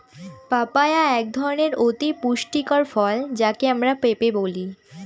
papaya একধরনের অতি পুষ্টিকর ফল যাকে আমরা পেঁপে বলি